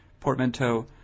portmanteau